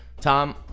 Tom